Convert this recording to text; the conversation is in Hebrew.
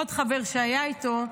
עוד חבר שהיה איתו,